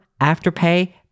Afterpay